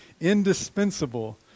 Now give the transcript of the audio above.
indispensable